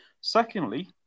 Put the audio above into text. Secondly